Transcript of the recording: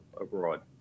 abroad